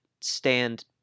stand